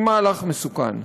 היא מהלך מסוכן.